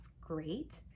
great